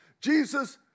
Jesus